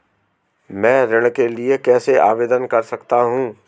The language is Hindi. मैं ऋण के लिए कैसे आवेदन कर सकता हूं?